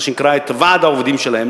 מה שנקרא ועד העובדים שלהם.